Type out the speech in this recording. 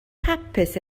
hapus